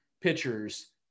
pitchers